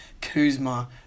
Kuzma